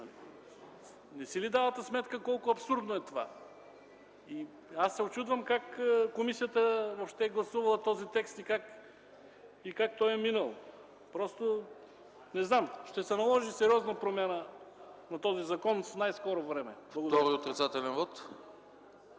Не си ли давате сметка колко абсурдно е това? Аз се учудвам как комисията въобще е гласувала този текст и как той е минал. Просто – не знам. Ще се наложи сериозна промяна на този закон в най-скоро време!